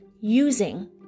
using